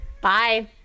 Bye